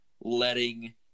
letting